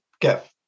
get